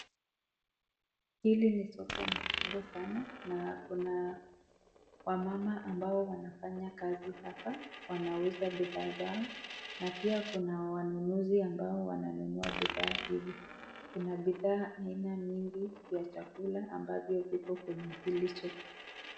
Hili ni soko mkubwa sana na kuna wamama ambao wanafanya kazi hapa. Wanauza bidhaa zao na pia kuna wanunuzi ambao wananunua bidhaa hivi ,kuna bidhaa aina mingi ya chakula ambavyo viko kwenye hili soko.